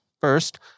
First